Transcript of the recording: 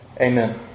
Amen